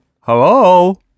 Hello